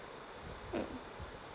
mm